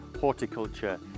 horticulture